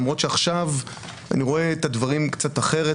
למרות שעכשיו אני רואה את הדברים קצת אחרת.